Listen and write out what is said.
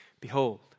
Behold